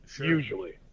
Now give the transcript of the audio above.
usually